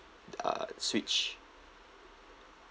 uh switch